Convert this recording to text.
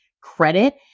credit